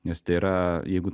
nes tai yra jeigu